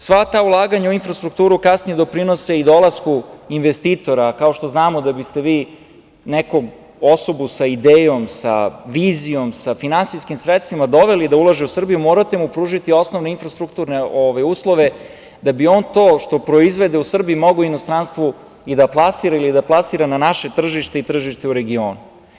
Sva ta ulaganja u infrastrukturu kasnije doprinose i dolasku investitora, kao što znamo da biste vi neku osobu sa idejom, sa vizijom, sa finansijskim sredstvima doveli da ulaže u Srbiju, morate mu pružiti osnovne infrastrukturne uslove da bi on to što proizvede u Srbiji mogao u inostranstvu i da plasira ili da plasira na naše tržište i tržište u regionu.